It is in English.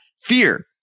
fear